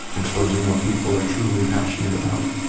exposing what people are truly passionate about.